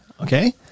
Okay